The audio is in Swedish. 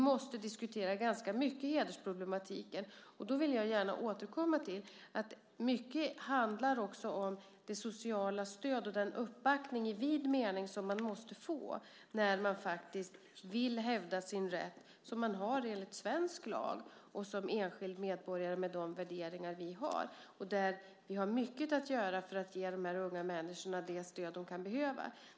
Jag vill därför gärna återkomma till att mycket också handlar om det sociala stödet och den uppbackning, i vid mening, som man måste få när man faktiskt vill hävda den rätt som man som enskild medborgare har enligt svensk lag, med de värderingar vi har. Där har vi mycket att göra för att ge dessa unga människor det stöd de kan behöva.